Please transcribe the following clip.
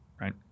Right